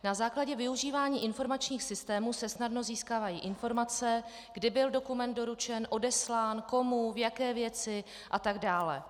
Na základě využívání informačních systémů se snadno získávají informace, kdy byl dokument doručen, odeslán, komu, v jaké věci atd.